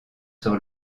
sur